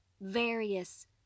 various